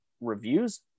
reviews